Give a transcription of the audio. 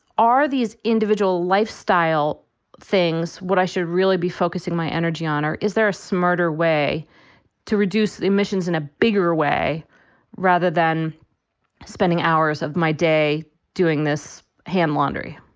are these individual lifestyle things what i should really be focusing my energy on, or is there a smarter way to reduce emissions in a bigger way rather than spending hours of my day doing this hand laundry?